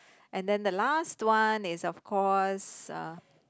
and then the last one is of course uh